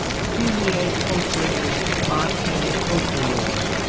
filiae pulchrae mater pulchrior!